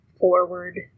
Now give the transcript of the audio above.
forward